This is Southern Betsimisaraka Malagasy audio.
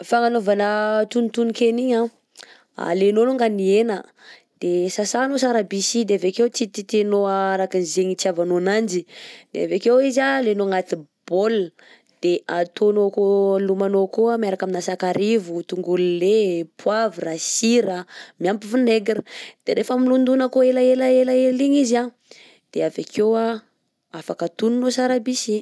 Fagnanovana tonotonon-kena igny a:alenao alongany hena, de sasanao sara by sy, de avekeo titititihinao araka zegny hitiavanao ananjy, de avekeo izy an alenao agnaty bol, de ataonao akao lomanao akao miaraka amina sakarivo, tongolo lay, poavra, sira miampy vinaigre, de rehefa milondona akao elaela elaela igny izy an de avekeo an afaka atononao sara by sy.